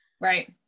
Right